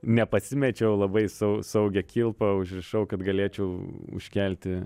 nepasimečiau labai sau saugią kilpą užrišau kad galėčiau užkelti